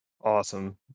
Awesome